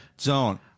zone